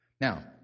Now